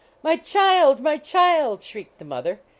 my child! my child! shrieked the mother.